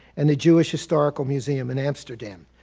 and the jewish historical museum in amsterdam.